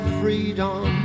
freedom